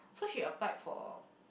so she applied for